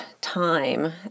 time